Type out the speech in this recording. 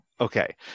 Okay